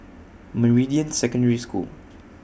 Meridian Secondary School